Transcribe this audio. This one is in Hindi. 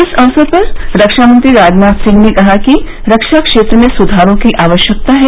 इस अवसर पर रक्षामंत्री राजनाथ सिंह ने कहा कि रक्षा क्षेत्र में सुधारों की आवश्यकता है